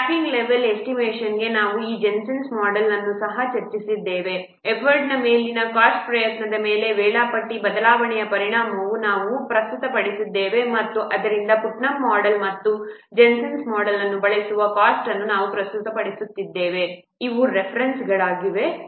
staffing level ಎಸ್ಟಿಮೇಶನ್ಗೆ ನಾವು Jensen model ಅನ್ನು ಸಹ ಚರ್ಚಿಸಿದ್ದೇವೆ ಎಫರ್ಟ್ನ ಮೇಲಿನ ಕಾಸ್ಟ್ ಪ್ರಯತ್ನದ ಮೇಲೆ ವೇಳಾಪಟ್ಟಿ ಬದಲಾವಣೆಯ ಪರಿಣಾಮವನ್ನು ನಾವು ಪ್ರಸ್ತುತಪಡಿಸಿದ್ದೇವೆ ಮತ್ತು ಆದ್ದರಿಂದ ಪುಟ್ನಮ್ ಮೋಡೆಲ್ ಮತ್ತು ಜೆನ್ಸನ್ ಮೋಡೆಲ್ ಅನ್ನು ಬಳಸುವ ಕಾಸ್ಟ್ ಅನ್ನು ನಾವು ಪ್ರಸ್ತುತಪಡಿಸಿದ್ದೇವೆ These are the references